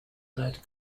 let